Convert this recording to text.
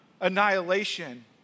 annihilation